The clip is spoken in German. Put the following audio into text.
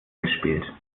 gespielt